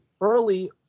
early